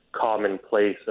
commonplace